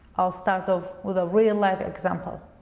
i'll start off with a real-life example.